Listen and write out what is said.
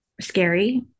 scary